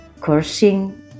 cursing